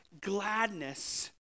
gladness